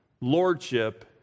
lordship